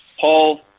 Paul